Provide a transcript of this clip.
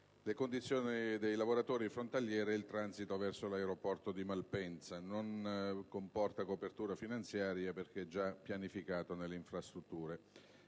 le condizioni dei lavoratori frontalieri e il transito verso l'aeroporto di Malpensa; inoltre, esso non comporta coperture finanziarie perché già pianificato nelle infrastrutture.